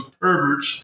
perverts